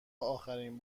آخرین